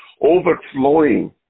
overflowing